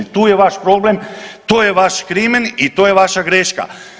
Tu je vaš problem, to je vaš krimen i to je vaša greška.